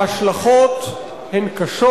ההשלכות הן קשות.